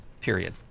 period